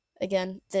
Again